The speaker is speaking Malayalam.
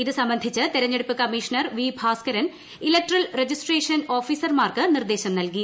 ഇത് സംബന്ധിച്ച് തെരഞ്ഞെടുപ്പ് commissioner V Bhaskaran electoral registration ഓഫീസർമാർക്ക് നിർദ്ദേശം നൽകി